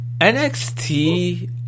NXT